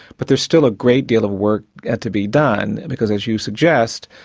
but there's still a great deal of work yet to be done, because as you suggest,